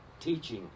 teaching